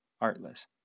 artless